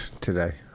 today